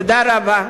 תודה רבה.